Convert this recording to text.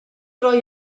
roi